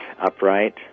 upright